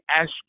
ask